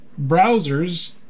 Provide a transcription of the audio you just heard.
browsers